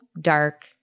dark